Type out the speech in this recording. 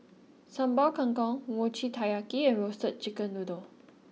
Sambal Kangkong Mochi Taiyaki and Roasted Chicken Noodle